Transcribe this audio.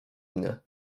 mnie